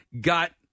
got –